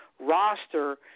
roster